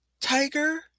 tiger